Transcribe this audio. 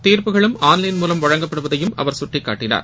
தீர்ப்புகளும் online மூலம் வழங்கப்படுவதையும் அவர் சுட்டிக்காட்டினார்